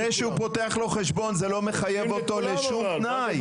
זה שהוא פותח לו חשבון זה לא מחייב אותו לשום תנאי.